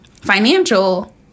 financial